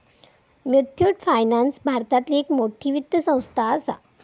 Muthoot finance भारतातली एक मोठी वित्त संस्था आसा